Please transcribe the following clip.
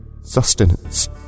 sustenance